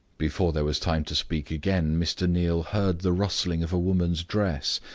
before there was time to speak again, mr. neal heard the rustling of a woman's dress,